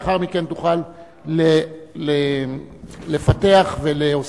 לאחר מכן תוכל לפתח ולהוסיף.